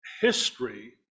history